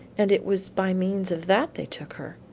and it was by means of that they took her.